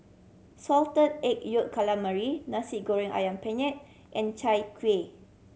Salted Egg Yolk Calamari Nasi Goreng Ayam peanut and Chai Kuih